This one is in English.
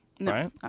Right